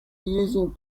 using